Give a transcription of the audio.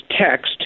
text